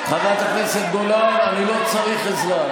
חברת הכנסת גולן, אני לא צריך עזרה.